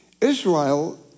Israel